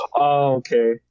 Okay